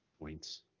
points